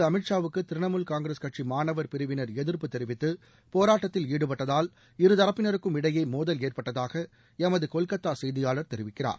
அழீத் ஷாவுக்கு திரிணமுல் காங்கிரஸ் கட்சி மாணவர் பிரிவினர் எதிர்ப்பு தெரிவித்து போராட்டத்தில் ஈடுபட்டதால் இருதரப்பினருக்கும் இடையே மோதல் ஏற்பட்டதாக எமது கொல்கத்தா செய்தியாளர் தெரிவித்தார்